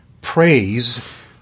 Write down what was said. praise